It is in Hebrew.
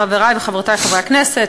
חברי וחברותי חברי הכנסת,